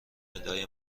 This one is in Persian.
ندای